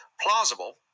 plausible